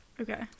Okay